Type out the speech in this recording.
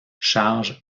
charge